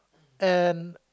and